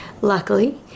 Luckily